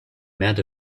amount